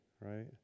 right